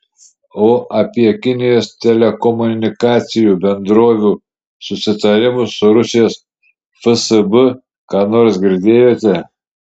o apie kinijos telekomunikacijų bendrovių susitarimus su rusijos fsb ką nors girdėjote